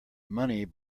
money